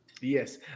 Yes